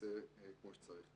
נעשה כמו שצריך.